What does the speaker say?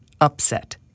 upset